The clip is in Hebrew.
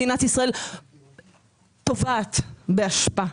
מדינת ישראל טובעת באשפה.